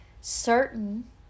certain